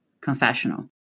confessional